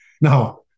Now